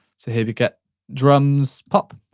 so here we get drums pop.